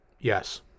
Yes